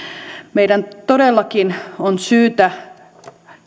meidän todellakin on syytä